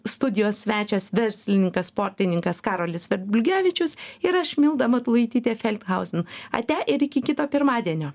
studijos svečias verslininkas sportininkas karolis verbliugevičius ir aš milda matulaitytė felthauzen ate ir iki kito pirmadienio